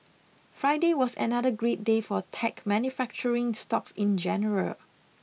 Friday was another great day for tech manufacturing stocks in general